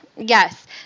Yes